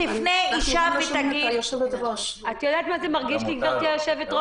את יודעת מה זה מרגיש לי, גברתי היושבת-ראש?